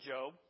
Job